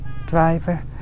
driver